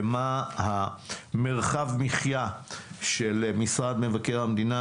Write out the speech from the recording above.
ומהו מרחב המחיה של משרד מבקר המדינה,